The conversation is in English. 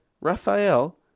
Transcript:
Raphael